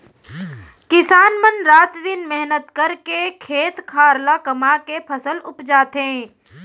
किसान मन रात दिन मेहनत करके खेत खार ल कमाके फसल उपजाथें